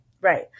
right